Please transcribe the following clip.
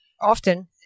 Often